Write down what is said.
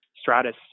stratus